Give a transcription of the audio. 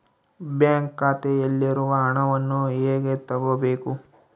Bank ಖಾತೆಯಲ್ಲಿರುವ ಹಣವನ್ನು ಹೇಗೆ ತಗೋಬೇಕು?